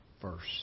first